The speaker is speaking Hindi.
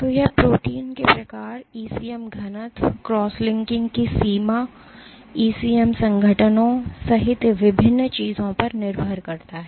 तो यह प्रोटीन के प्रकार ईसीएम घनत्व क्रॉस लिंकिंग की सीमा ईसीएम संगठनों सहित विभिन्न चीजों पर निर्भर करता है